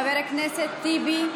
חבר הכנסת טיבי,